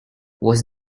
was